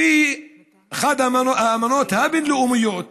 לפי אחד האמנות הבין-לאומיות